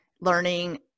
learning